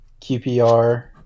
QPR